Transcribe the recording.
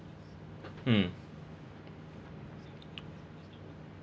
mm